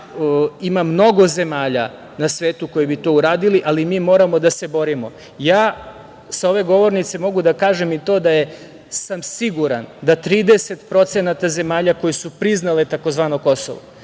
ima mnogo zemalja na svetu koje bi to uradile, ali mi moramo da se borimo. Ja sa ove govornice mogu da kažem i to da sam siguran da 30% zemalja koje su priznale tzv. „Kosovo“